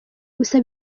gusa